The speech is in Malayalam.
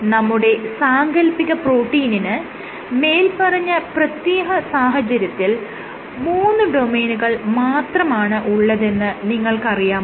നമ്മുടെ സാങ്കൽപ്പിക പ്രോട്ടീനിന് മേല്പറഞ്ഞ പ്രത്യേക സാഹചര്യത്തിൽ മൂന്ന് ഡൊമെയ്നുകൾ മാത്രമാണ് ഉള്ളതെന്ന് നിങ്ങൾക്ക് അറിയാമല്ലോ